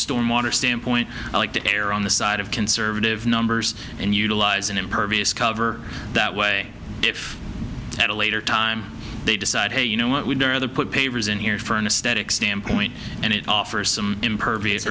stormwater standpoint i like to err on the side of conservative numbers and utilizing impervious cover that way if at a later time they decide hey you know what would i rather put pavers in here furnace static standpoint and it offers some impervious